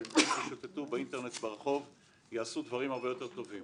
במקום שישוטטו באינטרנט או ברחוב הם עושים דברים הרבה יותר טובים.